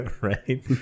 Right